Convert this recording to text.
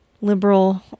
liberal